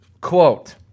Quote